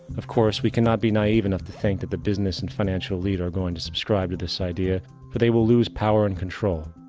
of course, we can not be naive enough to think that the business and financial elite are going to subscribe to this idea for they will lose power and control.